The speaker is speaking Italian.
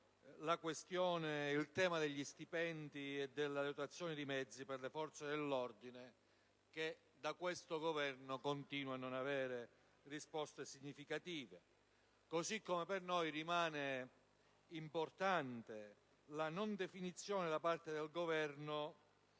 fondamentale il tema degli stipendi e delle dotazioni di mezzi per le forze dell'ordine, che da questo Governo continua a non avere risposte significative. Così come per noi rimane importante la non definizione e il mancato